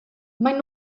maen